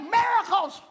miracles